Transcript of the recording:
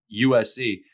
USC